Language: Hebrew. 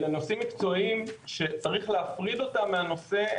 אלה נושאים מקצועיים שצריך להפריד אותם מהנושא,